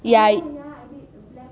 ya